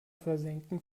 versenken